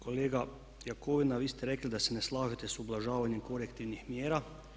Kolega Jakovina, vi ste rekli da se ne slažete s ublažavanjem korektivnih mjera.